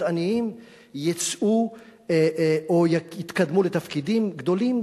עניים יצאו או יתקדמו לתפקידים גדולים,